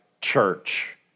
church